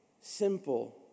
simple